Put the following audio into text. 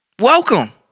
Welcome